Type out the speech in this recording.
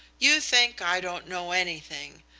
you think i don't know anything.